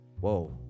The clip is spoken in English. Whoa